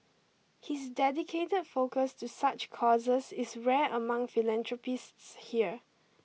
his dedicated focus to such causes is rare among philanthropists here